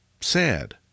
sad